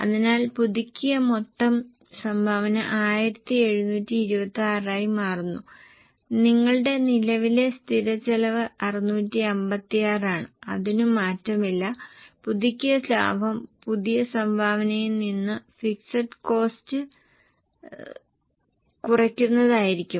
അതിനാൽ പുതുക്കിയ മൊത്തം സംഭാവന 1726 ആയി മാറുന്നു നിങ്ങളുടെ നിലവിലെ സ്ഥിര ചെലവ് 656 ആണ് അതിനു മാറ്റമില്ല പുതുക്കിയ ലാഭം പുതിയ സംഭവനയിൽ നിന്നും ഫിക്സഡ് കോസ്റ്റ് കുറക്കുന്നതായിരിക്കും